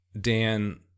Dan